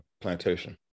plantation